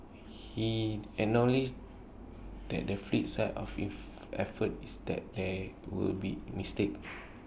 he acknowledged that the flip side of if effort is that there will be mistakes